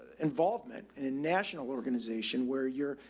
involvement in a national organization where you're,